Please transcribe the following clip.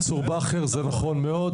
לא נתן לו רישיון, צור באחר, זה נכון מאוד.